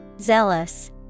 Zealous